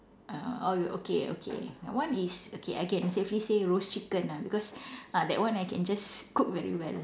uh or okay okay that one is okay I can safely say roast chicken ah because ah that one I can just cook very well